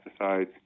pesticides